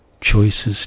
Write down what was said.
Choices